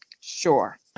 Sure